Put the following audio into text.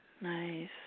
Nice